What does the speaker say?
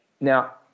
now